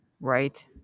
Right